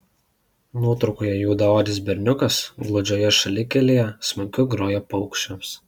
nuotraukoje juodaodis berniukas gludžioje šalikelėje smuiku groja paukščiams